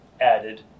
added